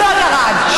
לא ירד.